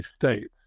states